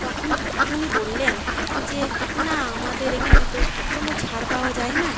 তখন উনি বললেন যে না আমাদের এখানে তো কোনো ছাড় পাওয়া যায় না